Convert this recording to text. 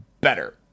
better